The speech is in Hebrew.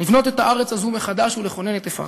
לבנות את הארץ הזו מחדש ולחונן את עפרה.